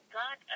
got